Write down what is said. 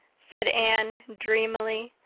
said anne dreamily.